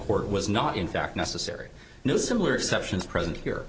court was not in fact necessary no similar exceptions present here